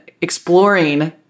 exploring